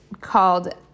called